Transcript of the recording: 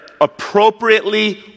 appropriately